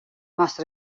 moatst